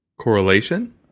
Correlation